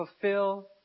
fulfill